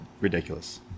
ridiculous